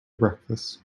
breakfast